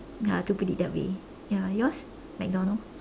ya to put it that way ya yours McDonald